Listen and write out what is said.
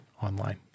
online